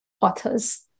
authors